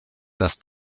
dass